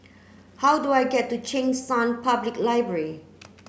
how do I get to Cheng San Public Library